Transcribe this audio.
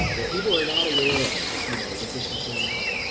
ah that people are not aware of, you know that this is going on.